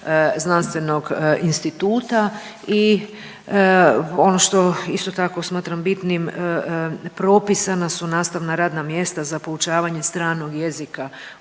znanstvenog instituta i ono što isto tako smatram bitnim propisana su nastavna radna mjesta za poučavanje stranog jezika